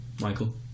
Michael